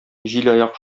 җилаяк